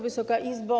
Wysoka Izbo!